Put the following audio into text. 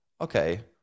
okay